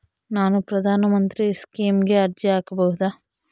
ನಾನು ಪ್ರಧಾನ ಮಂತ್ರಿ ಸ್ಕೇಮಿಗೆ ಅರ್ಜಿ ಹಾಕಬಹುದಾ?